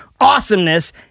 awesomeness